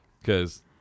because-